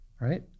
right